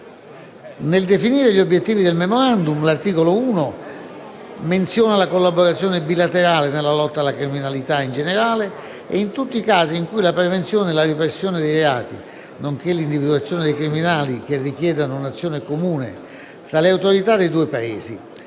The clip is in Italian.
Nel definire gli obiettivi del *Memorandum*, l'articolo 1 menziona la collaborazione bilaterale nella lotta alla criminalità, in generale e in tutti i casi in cui la prevenzione e la repressione dei reati, nonché l'individuazione dei criminali, richiedano un'azione comune tra le autorità dei due Paesi.